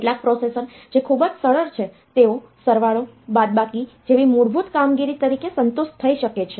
કેટલાક પ્રોસેસર જે ખૂબ જ સરળ છે તેઓ સરવાળો બાદબાકી જેવી મૂળભૂત કામગીરી તરીકે સંતુષ્ટ થઈ શકે છે